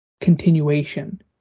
continuation